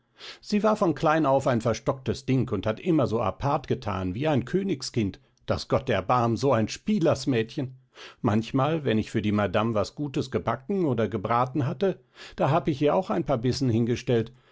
sie war von klein auf ein verstocktes ding und hat immer so apart gethan wie ein königskind daß gott erbarm so ein spielersmädchen manchmal wenn ich für die madame was gutes gebacken oder gebraten hatte da hab ich ihr auch ein paar bissen hingestellt